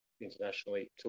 internationally